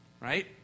right